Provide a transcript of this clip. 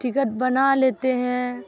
ticket بنا لیتے ہیں